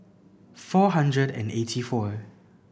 four hundred and eighty four